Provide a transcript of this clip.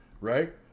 right